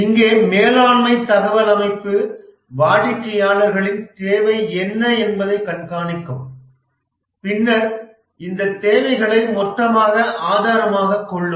இங்கே மேலாண்மை தகவல் அமைப்பு வாடிக்கையாளர்களின் தேவை என்ன என்பதைக் கண்காணிக்கும் பின்னர் இந்த தேவைகளை மொத்தமாக ஆதாரமாகக் கொள்ளும்